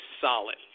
solid